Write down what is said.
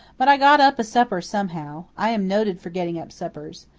but i got up a supper somehow. i am noted for getting up suppers.